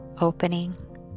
Opening